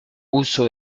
uso